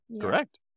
Correct